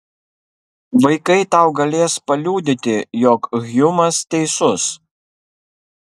vaikai tau galės paliudyti jog hjumas teisus